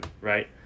right